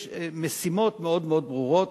יש משימות מאוד מאוד ברורות.